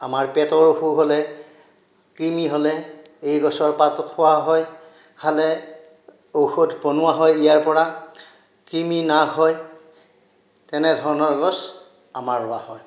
আমাৰ পেটৰ অসুখ হ'লে কৃমি হ'লে এই গছৰ পাত খোৱা হয় খালে ঔষধ বনোৱা হয় ইয়াৰ পৰা কৃমি নাশ হয় তেনেধৰণৰ গছ আমাৰ ৰোৱা হয়